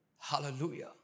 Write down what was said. Hallelujah